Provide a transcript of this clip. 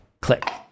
click